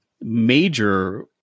major